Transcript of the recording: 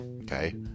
okay